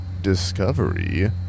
discovery